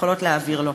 יכולות להעביר לו.